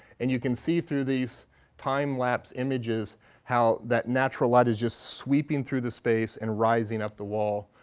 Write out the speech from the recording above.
and you can see through these time-lapse images how that natural light is just sweeping through the space and rising up the wall